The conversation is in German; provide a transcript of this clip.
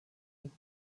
und